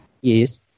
Yes